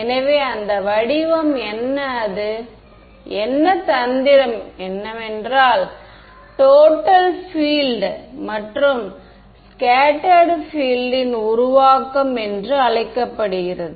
எனவே அந்த வடிவம் என்ன அது என்ன தந்திரம் என்னவென்றால் டோட்டல் பீல்ட் மற்றும் ஸ்கேட்டர்டு பீல்ட் ன் உருவாக்கம் என்று அழைக்கப்படுகிறது